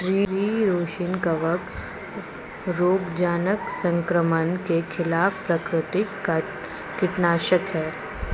tree rosin कवक रोगजनक संक्रमण के खिलाफ प्राकृतिक कीटनाशक है